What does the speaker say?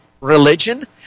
religion